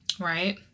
Right